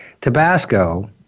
Tabasco